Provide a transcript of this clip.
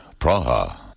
Praha